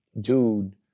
dude